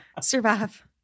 survive